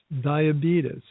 diabetes